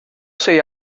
sei